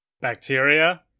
Bacteria